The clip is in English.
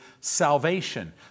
salvation